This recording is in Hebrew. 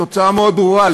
עם תוצאה מאוד ברורה,